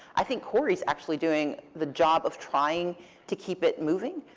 i think kyrie's actually doing the job of trying to keep it moving.